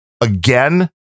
Again